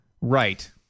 Right